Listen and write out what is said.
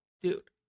dude